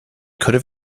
could